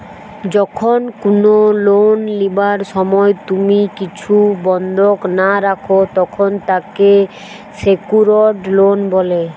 যখন কুনো লোন লিবার সময় তুমি কিছু বন্ধক না রাখো, তখন তাকে সেক্যুরড লোন বলে